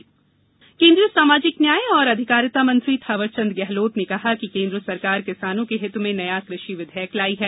गेहलोत पत्रकार वार्ता केन्द्रीय सामाजिक न्याय और अधिकारिता मंत्री थावर चंद गेहलोत ने कहा कि केन्द्र सरकार किसानों के हित में नया कृषि विधेयक लाई है